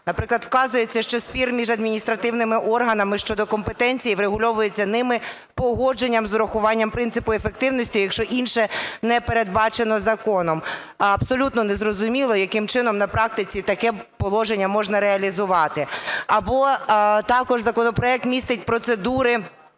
Наприклад, вказується, що спір між адміністративними органами щодо компетенції врегульовується ними погодженням з урахуванням принципу ефективності, якщо інше не передбачено законом. Абсолютно незрозуміло, яким чином на практиці таке положення можна реалізувати. Або також законопроект містить процедури